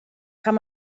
kann